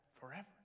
forever